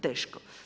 Teško.